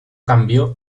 cambió